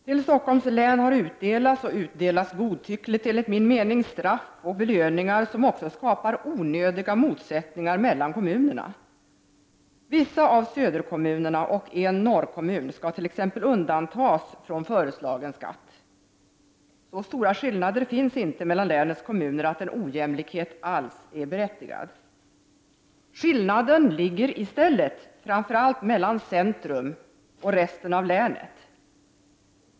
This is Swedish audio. Till Stockholms län har utdelats, och enligt min mening godtyckligt, straff och belöningar som också skapar onödiga motsättningar mellan kommunerna. Vissa av söderkommunerna, och en norrkommun, skall t.ex. undantas från den föreslagna skatten. Så stora skillnader finns inte mellan länets kommuner att en ojämlikhet är berättigad. Skillnaden finns i stället framför allt mellan centrum och resten av länet.